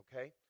okay